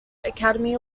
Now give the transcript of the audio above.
academy